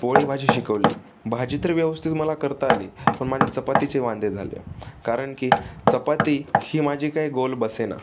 पोळी भाजी शिकवली भाजी तर व्यवस्थित मला करता आली पण माझी चपातीचे वांदे झाले कारणकी चपाती ही माझी काही गोल बसेना